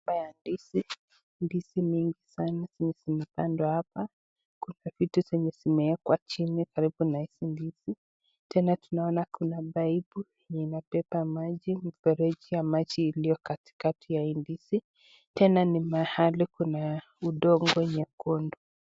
Haya ndizi, ni ndizi mingi sanaa zenye zimepandwa hapa, alafu kuna vitu zenye zimeekwa chini karibu na hizi ndizi, tena tunaona kuna pipe zenye zinabeba maji mfereji maji ilio katikati wa hizi ndizi, tena tunaona ni mahali penye udongo nyekundu.